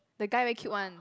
the guy very cute one